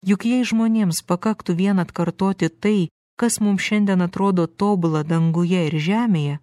juk jei žmonėms pakaktų vien atkartoti tai kas mum šiandien atrodo tobula danguje ir žemėje